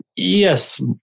Yes